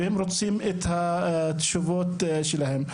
והם רוצים את התשובות שלהם.